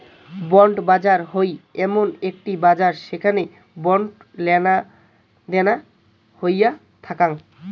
bond বাজার হই এমন একটি বাজার যেখানে বন্ড লেনাদেনা হইয়া থাকাং